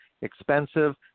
expensive